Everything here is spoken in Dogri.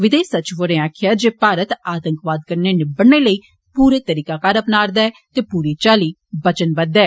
विदेश सचिव होरें आक्खेया जे भारत आतंकवाद कन्नै निबेड़ने लेई पूरै तरीकाकार अपना रदा ऐ ते पूरी चाली वचनबद्ध ऐ